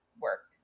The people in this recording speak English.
work